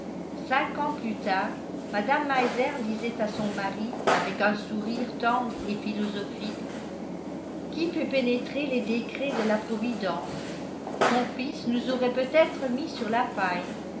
cinq ans plus tard mme meiser disait à son mari avec un sourire tendre et philosophique qui peut pénétrer les décrets de la providence ton fils nous aurait peut-être mis sur la paille